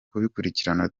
kubikurikirana